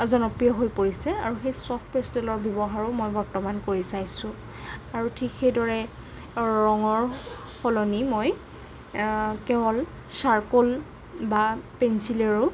জনপ্ৰিয় হৈ পৰিছে আৰু সেই চফ পেষ্টেলৰো ব্যৱহাৰো মই বৰ্তমান কৰি চাইছোঁ আৰু ঠিক সেইদৰে ৰঙৰ সলনি মই কেৱল চাৰকল বা পেঞ্চিলেৰেও